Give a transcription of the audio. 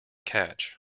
catch